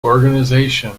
organisation